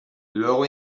luego